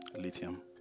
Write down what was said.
lithium